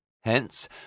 Hence